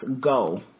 go